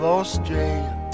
Australia